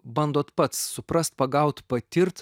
bandot pats suprast pagaut patirt